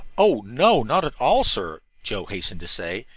oh, no, not at all, sir, joe hastened to say,